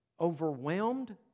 overwhelmed